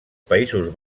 països